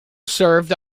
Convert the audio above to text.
served